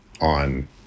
on